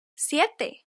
siete